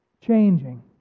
changing